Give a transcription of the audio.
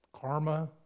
karma